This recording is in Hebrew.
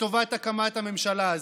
לטובת הקמת הממשלה הזאת,